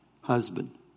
husband